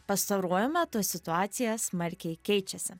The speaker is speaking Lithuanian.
pastaruoju metu situacija smarkiai keičiasi